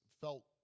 felt